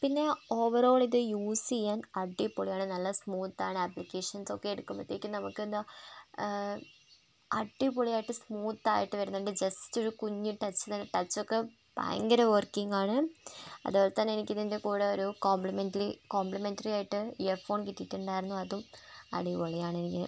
പിന്നെ ഓവറോള് ഇത് യൂസ് ചെയ്യാൻ അടിപൊളിയാണ് നല്ല സ്മൂത്താണ് ആപ്ലികേഷൻസൊക്കെ എടുക്കുമ്പോഴത്തേക്കും നമുക്കെന്താണ് അടിപൊളിയായിട്ട് സ്മൂത്തായിട്ട് വരുന്നുണ്ട് ജസ്റ്റൊരു കുഞ്ഞ് ടച്ച് തന്നെ ടച്ചൊക്കെ ഭയങ്കരം വർക്കിങ്ങാണ് അതുപോലെതന്നെ എനിക്ക് ഇതിൻറ്റെ കൂടെ ഒരു കോമ്പ്ലിമെൻറ്ററിയായിട്ട് ഇയർഫോൺ കിട്ടിയിട്ടുണ്ടായിരുന്നു അതും അടിപൊളിയാണ് എനിക്ക്